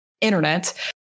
internet